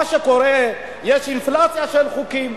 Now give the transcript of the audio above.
מה שקורה הוא שיש אינפלציה של חוקים,